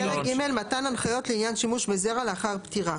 פרק ג': מתן הנחיות לעניין שימוש בזרע לאחר פטירה